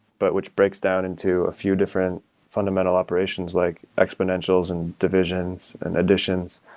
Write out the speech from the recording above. but which breaks down into a few different fundamental operations like exponentials and divisions and additions.